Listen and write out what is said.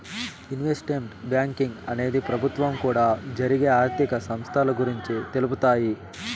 investment banking అనేది ప్రభుత్వం కూడా జరిగే ఆర్థిక సంస్థల గురించి తెలుపుతాయి